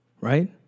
right